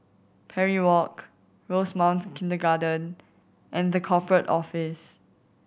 Parry Walk Rosemount Kindergarten and The Corporate Office